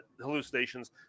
hallucinations